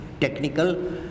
technical